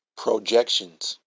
Projections